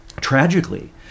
tragically